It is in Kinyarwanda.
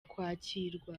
kwakirwa